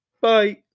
Bye